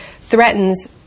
threatens